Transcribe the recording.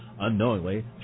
Unknowingly